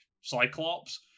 cyclops